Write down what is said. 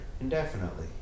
indefinitely